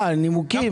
נימוקים.